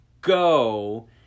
go